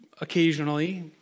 occasionally